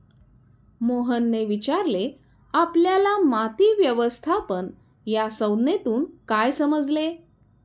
मोहनने विचारले आपल्याला माती व्यवस्थापन या संज्ञेतून काय समजले?